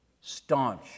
staunch